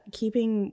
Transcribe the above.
keeping